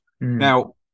Now